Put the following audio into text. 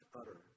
utter